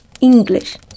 English